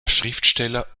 schriftsteller